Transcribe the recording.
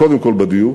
קודם כול בדיור,